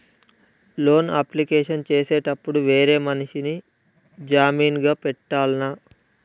Loan application చేసేటప్పుడు వేరే మనిషిని జామీన్ గా పెట్టాల్నా?